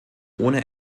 ohne